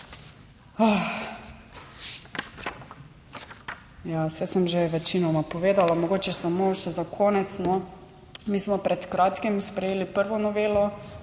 saj sem že večinoma povedala. Mogoče samo še za konec. Mi smo pred kratkim sprejeli prvo novelo